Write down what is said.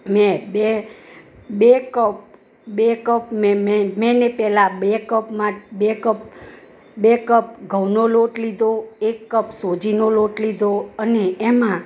મેં બે બે કપ બે કપ મેં મેં મેને પેહલા બે કપમાં બે કપ બે કપ ઘઉંનો લોટ લીધો એક કપ સોજીનો લોટ લીધો અને એમાં